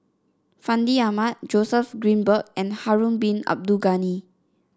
Fandi Ahmad Joseph Grimberg and Harun Bin Abdul Ghani